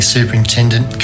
Superintendent